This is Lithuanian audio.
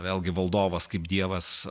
vėlgi valdovas kaip dievas